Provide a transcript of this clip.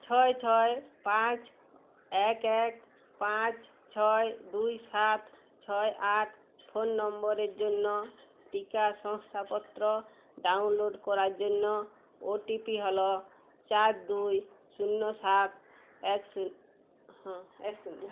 ছয় ছয় পাঁচ এক এক পাঁচ ছয় দুই সাত ছয় আট ফোন নম্বরের জন্য টিকা শংসাপত্র ডাউনলোড করার জন্য ওটিপি হলো চার দুই শূন্য সাত এক শূ হাঁ এক শূন্য